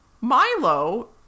Milo